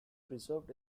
preserved